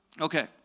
Okay